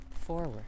forward